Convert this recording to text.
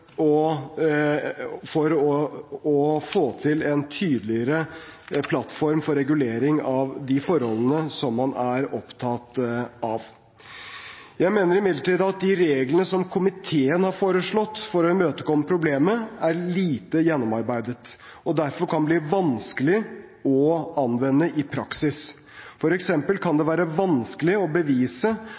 rette overbygningen for å få til en tydeligere plattform for regulering av de forholdene som man er opptatt av. Jeg mener imidlertid at de reglene som komiteen har foreslått for å imøtekomme problemet, er lite gjennomarbeidede og derfor kan bli vanskelig å anvende i praksis. For eksempel kan det være vanskelig å bevise